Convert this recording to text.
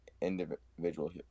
individual